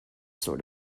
sort